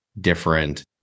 different